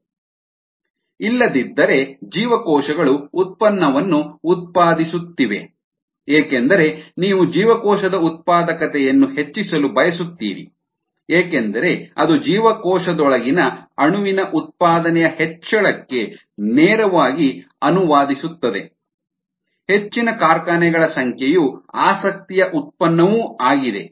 cellproductivitycellsproducedvolume1time ಇಲ್ಲದಿದ್ದರೆ ಜೀವಕೋಶಗಳು ಉತ್ಪನ್ನವನ್ನು ಉತ್ಪಾದಿಸುತ್ತಿವೆ ಏಕೆಂದರೆ ನೀವು ಜೀವಕೋಶದ ಉತ್ಪಾದಕತೆಯನ್ನು ಹೆಚ್ಚಿಸಲು ಬಯಸುತ್ತೀರಿ ಏಕೆಂದರೆ ಅದು ಕೋಶದೊಳಗಿನ ಅಣುವಿನ ಉತ್ಪಾದನೆಯ ಹೆಚ್ಚಳಕ್ಕೆ ನೇರವಾಗಿ ಅನುವಾದಿಸುತ್ತದೆ ಹೆಚ್ಚಿನ ಕಾರ್ಖಾನೆಗಳ ಸಂಖ್ಯೆಯು ಆಸಕ್ತಿಯ ಉತ್ಪನ್ನವೂ ಆಗಿದೆ